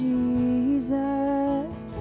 Jesus